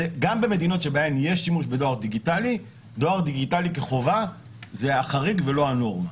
גם במדינות שבהן יש שימוש בדואר דיגיטלי כחובה זה החריג ולא הנורמה.